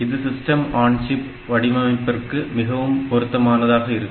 இது system on chip வடிவமைப்பிற்கு மிகவும் பொருத்தமானதாக இருக்கும்